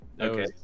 Okay